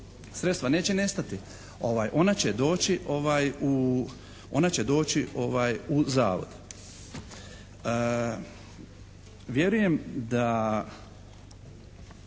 Sredstva neće nestati, ona će doći u zavod.